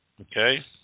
okay